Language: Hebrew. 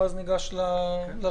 ואז ניגש לרוויזיה.